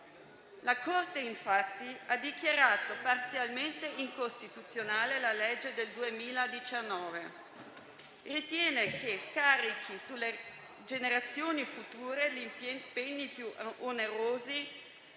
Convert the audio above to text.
la Corte, infatti, ha dichiarato parzialmente incostituzionale la legge del 2019; ritiene che scarichi sulle generazioni future impegni troppo onerosi